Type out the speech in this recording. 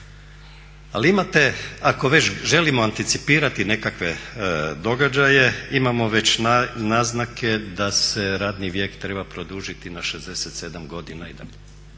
Ali imate, ako već želimo anticipirati nekakve događaje, imamo već naznake da se radni vijek treba produžiti na 67 godina